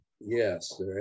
Yes